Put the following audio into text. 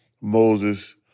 Moses